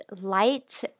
light